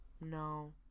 no